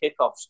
kickoffs